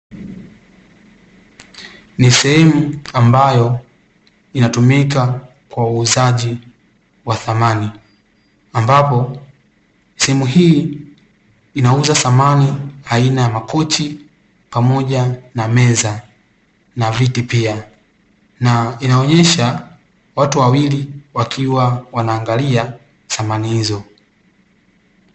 Ni sehemu ambayo inatumika kwa uuzaji wa samani ambapo sehemu hii inauza samani aina makochi pamoja na meza na viti pia na inaonyesha watu wawili wakiwa wanaangalia samani hizo.